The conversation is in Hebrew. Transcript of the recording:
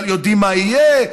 יודעים מה יהיה,